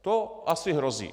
To asi hrozí.